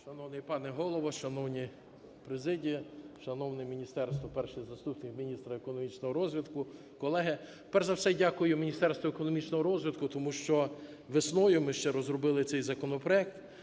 Шановний пане Голово, шановна президія, шановне міністерство, перший заступник міністра економічного розвитку, колеги! Перш за все, дякую Міністерству економічного розвитку, тому що весною ми ще розробили цей законопроект,